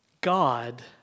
God